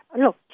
look